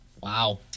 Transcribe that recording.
wow